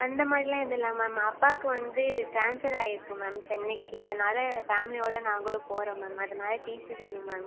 அந்த மாதிரிலாம் எதுவும் இல்லை மேம் அப்பாவுக்கு வந்து ட்ரான்ஸ்ஃபர் ஆகிருக்கு மேம் சென்னைக்கு அதனால் ஃபேமிலியோடு நாங்களும் போகிறோம் மேம் அதனால் டிசி வேணும் மேம்